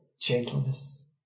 gentleness